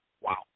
wow